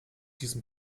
diesem